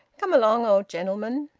come along, old gentleman!